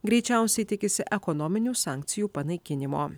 greičiausiai tikisi ekonominių sankcijų panaikinimo